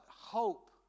hope